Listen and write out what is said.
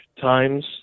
Times